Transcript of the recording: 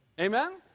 amen